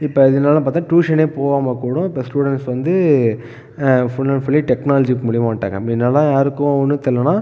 இப்போ இதுலெல்லாம் பார்த்தா டியூஷனே போவாமல் கூட இப்போ ஸ்டூடெண்ட்ஸ் வந்து ஃபுல் அண்ட் ஃபுல்லி டெக்னாலஜி மூலியமாக வந்துடாங்க முன்னாடிலாம் யாருக்கும் ஒன்னு தெரியலனா